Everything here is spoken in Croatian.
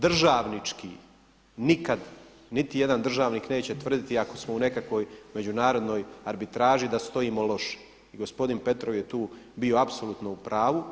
Državnički nikad niti jedan državnik neće tvrditi ako smo u nekakvoj međunarodnoj arbitraži da stojimo loše, i gospodin Petrov je tu bio apsolutno u pravu.